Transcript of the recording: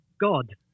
God